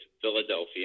philadelphia